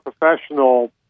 professional